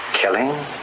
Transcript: killing